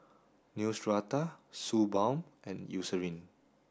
Neostrata Suu balm and Eucerin